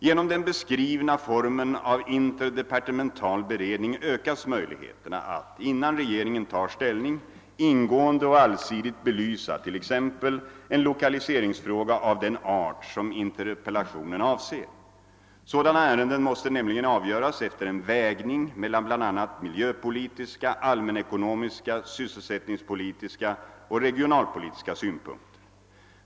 Genom den beskrivna formen av interdepartemental beredning ökas möjligheterna att, innan regeringen tar ställning, ingående och allsidigt belysa t.ex. en lokaliseringsfråga av den art som interpellationen avser. Sådana ärenden måste nämligen avgöras efter en vägning mellan bl.a. miljöpolitiska, allmänekonomiska, sysselsättningspolitiska och regionalpolitiska synpunkter.